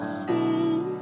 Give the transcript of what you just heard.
sin